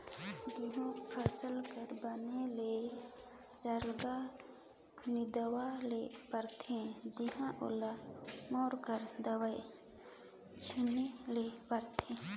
गहूँ फसिल कर बन ल सरलग निंदवाए ले परथे चहे ओला मारे कर दवई छींचे ले परथे